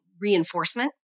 reinforcement